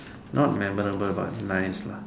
not memorable but nice lah